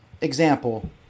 example